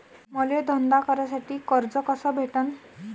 मले धंदा करासाठी कर्ज कस भेटन?